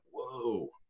whoa